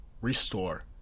restore